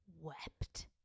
wept